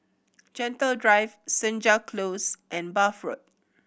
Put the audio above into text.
Gentle Drive Senja Close and Bath Road